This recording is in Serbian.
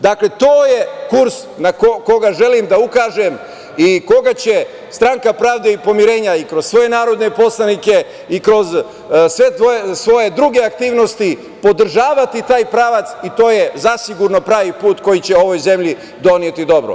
Dakle, to je kurs na koji želim da ukažem i koga će Stranka pravde i pomirenja i kroz svoje narodne poslanike, i kroz sve svoje druge aktivnosti podržavati taj pravac i to je zasigurno pravi put koji će ovoj zemlji doneti dobro.